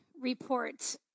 report